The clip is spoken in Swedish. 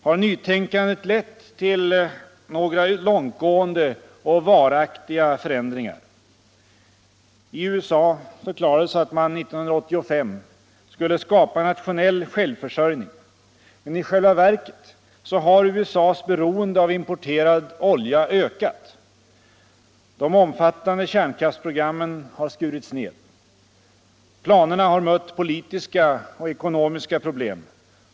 Har nytänkandet lett till några långtgående och varaktiga förändringar? I USA förklarades att man till 1985 skulle skapa nationell självförsörjning. Men i själva verket har USA:s beroende av importerad olja ökat. De omfattande kärnkraftsprogrammen har skurits ned. Planerna har mött politiska och ekonomiska problem.